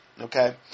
okay